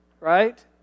Right